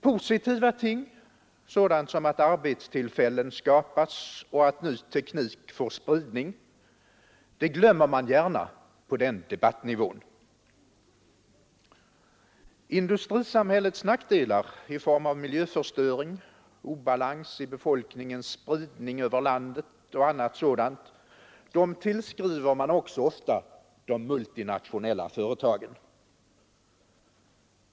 Positiva ting, sådant som att arbetstillfällen skapas och att ny teknik får spridning, glömmer man gärna på den debattnivån. Industrisamhällets nackdelar i form av miljöförstöring, obalans i befolkningens spridning över landet och annat sådant, tillskriver man också ofta de multinationella företagen.